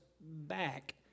back